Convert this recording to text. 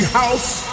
house